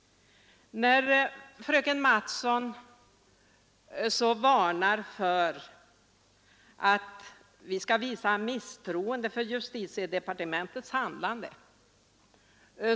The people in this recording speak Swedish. Fröken Mattson varnar oss för att visa misstroende mot justitiede partementets handlande.